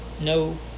no